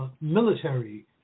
military